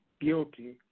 guilty